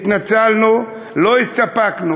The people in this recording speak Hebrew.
התנצלנו, לא הסתפקנו.